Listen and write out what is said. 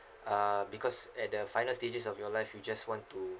uh because at the final stages of your life you just want to